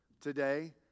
today